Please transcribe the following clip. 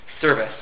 service